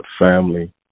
family